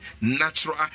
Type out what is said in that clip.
natural